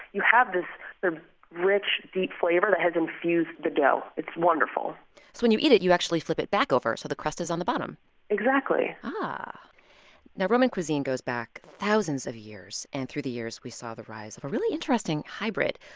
you have this rich, deep flavor that has infused the dough. it's wonderful when you eat it, you actually flip it back over so the crust is on the bottom exactly but roman cuisine goes back thousands of years. and through the years we saw the rise of a really interesting hybrid,